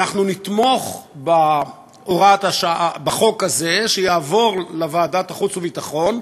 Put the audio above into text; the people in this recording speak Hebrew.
ואנחנו נתמוך בכך שהחוק הזה יעבור לוועדת החוץ והביטחון,